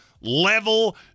level